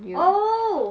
oh